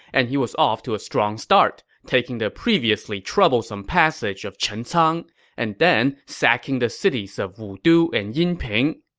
and he was off to a strong start, taking the previously troublesome passage of chencang and then sacking the cities of wudu and yinping.